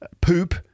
poop